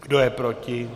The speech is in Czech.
Kdo je proti?